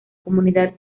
comunidad